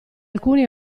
alcuni